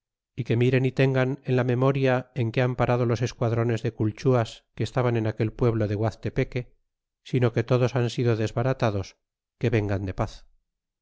guerra que miren y tengan en la memoria en que han parado los esquadrones de culchuas que estaban en aquel pueblo de guaztepeque sino que todos hau sido desbaratados que vengan de paz